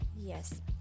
Yes